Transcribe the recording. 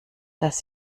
dass